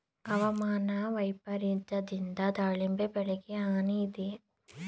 ಹವಾಮಾನ ವೈಪರಿತ್ಯದಿಂದ ದಾಳಿಂಬೆ ಬೆಳೆಗೆ ಹಾನಿ ಇದೆಯೇ?